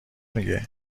میگه